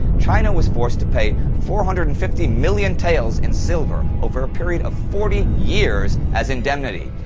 china was forced to pay four hundred and fifty million taels in silver over a period of forty years as indemnity,